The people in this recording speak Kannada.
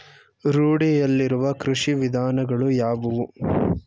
ರೂಢಿಯಲ್ಲಿರುವ ಕೃಷಿ ವಿಧಾನಗಳು ಯಾವುವು?